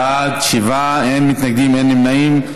בעד, 7, אין מתנגדים, אין נמנעים.